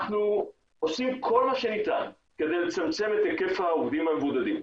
אנחנו עושים כל מה שניתן כדי לצמצם את היקף העובדים המבודדים.